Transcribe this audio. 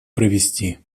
провести